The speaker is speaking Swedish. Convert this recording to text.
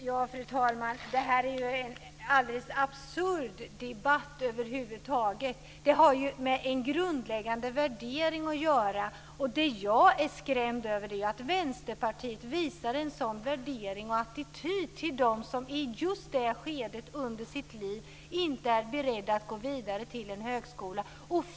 Fru talman! Det är en alldeles absurd debatt. Det har med grundläggande värderingar att göra. Det jag är skrämd över är att Vänsterpartiet visar en sådan attityd till dem som i ett visst skede av sitt liv inte är beredda att gå vidare till högskolan.